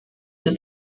ist